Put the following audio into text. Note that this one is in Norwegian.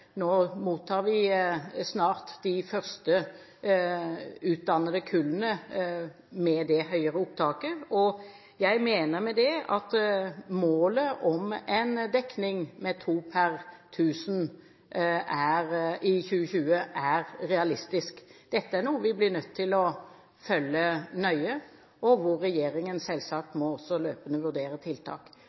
målet om en dekning på to per 1 000 i 2020 er realistisk. Dette er noe vi blir nødt til å følge nøye, og regjeringen må selvsagt også løpende vurdere tiltak.